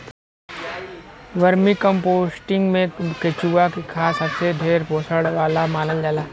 vermicomposting में केचुआ के खाद सबसे ढेर पोषण वाला मानल जाला